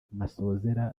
masozera